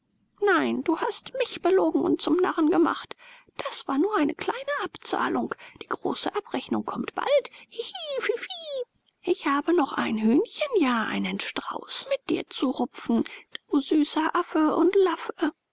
nein du hast mich belogen und zum narren gehabt das war nur eine kleine abzahlung die große abrechnung kommt bald hihi fifi ich habe noch ein hühnchen ja einen strauß mit dir zu rupfen du süßer affe und laffe